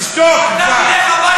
תשתוק כבר.